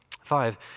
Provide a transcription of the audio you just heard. Five